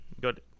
good